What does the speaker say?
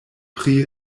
pri